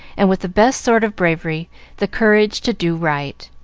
and with the best sort of bravery the courage to do right.